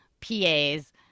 PAs